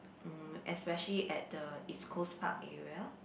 mm especially at the east-coast-park area